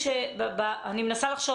אני מנסה לחשוב